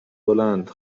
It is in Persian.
بلند